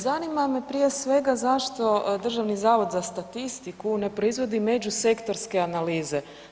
Zanima me prije svega zašto Državni zavod za statistiku ne proizvodi međusektorske analize?